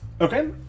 Okay